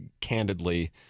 candidly